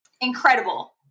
Incredible